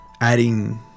adding